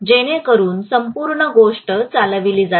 जेणेकरून संपूर्ण गोष्ट चालविली जाते